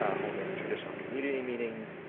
ah holding traditional community meetings.